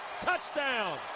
touchdown